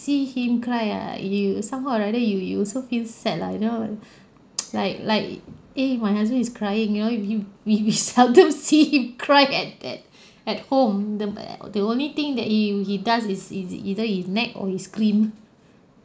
see him cry ah you somehow or rather you you also feel sad lah you know like like eh my husband is crying you know you we we seldom see him cried at at at home the the only thing that he he does is is either he nag or he scream